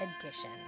edition